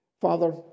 Father